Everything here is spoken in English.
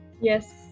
Yes